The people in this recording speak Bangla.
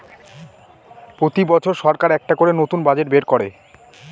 প্রতি বছর সরকার একটা করে নতুন বাজেট বের করে